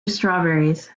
strawberries